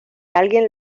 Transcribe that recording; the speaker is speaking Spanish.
alguien